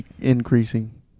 increasing